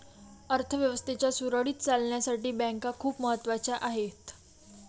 अर्थ व्यवस्थेच्या सुरळीत चालण्यासाठी बँका खूप महत्वाच्या आहेत